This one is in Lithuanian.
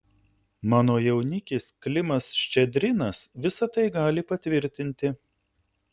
mano jaunikis klimas ščedrinas visa tai gali patvirtinti